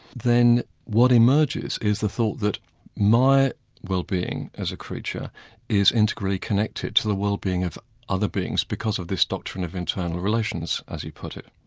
then what emerges is the thought that my wellbeing as a creature is integrally connected to the wellbeing of other beings because of this doctrine of internal relations, as you put it.